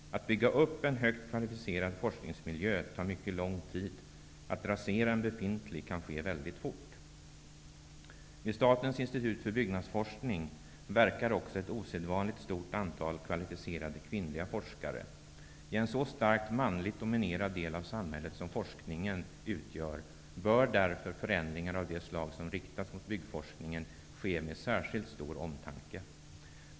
Att bygga upp en högt kvalificerad forskningsmiljö tar mycket lång tid. Att rasera en befintlig kan ske väldigt fort. Vid Statens institut för byggnadsforskning verkar också ett osedvanligt stort antal kvalificerade kvinnliga forskare. I en så starkt manligt dominerad del av samhället som forskningen, bör därför förändringar av det slag som riktats mot byggforskningen ske med särskilt stor omtanke.